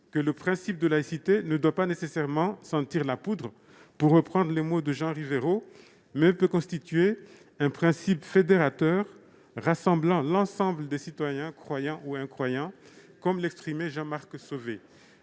que le principe de laïcité ne doit pas nécessairement sentir la poudre, pour reprendre les mots de Jean Rivero, mais peut constituer un principe fédérateur rassemblant l'ensemble des citoyens, croyants ou incroyants, comme l'exprimait Jean-Marc Sauvé.